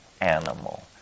animal